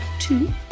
two